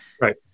Right